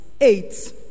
Eight